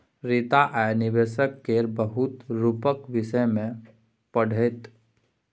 रीता आय निबेशक केर बहुत रुपक विषय मे पढ़तै